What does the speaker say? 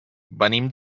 venim